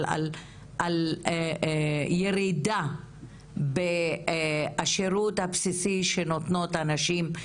אבל על ירידה בשירות הבסיסי שנותנות הנשים הללו,